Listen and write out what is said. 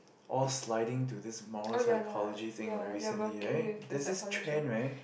all sliding to this mono psychology thing right recently right there is this trend right